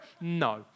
No